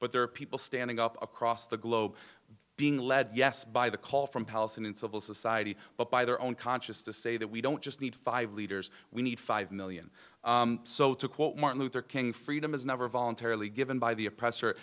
but there are people standing up across the globe being led yes by the call from palestinian civil society but by their own conscious to say that we don't just need five leaders we need five million so to quote martin luther king freedom is never voluntarily given by the oppressor